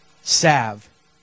salve